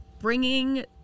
bringing